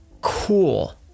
Cool